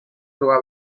doit